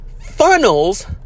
funnels